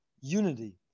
unity